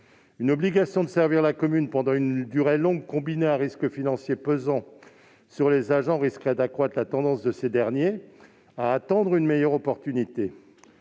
Une obligation de servir la commune pendant une durée longue combinée à un risque financier pesant sur les agents risquerait donc d'accroître la tendance de ces derniers à attendre une meilleure occasion.